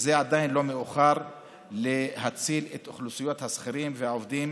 זה עדיין לא מאוחר להציל את אוכלוסיות השכירים והעובדים